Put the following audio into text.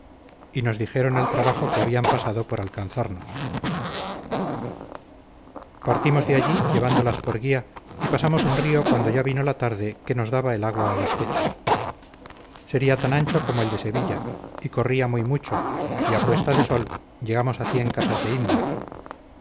y nos dijeron el trabajo que habían pasado por alcanzarnos partimos de allí llevándolas por guía y pasamos un río cuando ya vino la tarde que nos daba el agua a los pechos sería tan ancho como el de sevilla y corría muy mucho y a puesta de sol llegamos a cien casas de indios